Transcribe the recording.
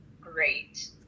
Great